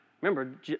remember